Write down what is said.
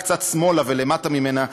קצת שמאלה / ולמטה ממנה,